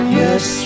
yes